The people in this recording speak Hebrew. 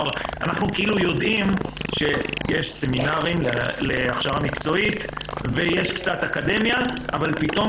אנחנו יודעים שיש סמינרים להכשרה מקצועית ויש קצת אקדמיה אבל פתאום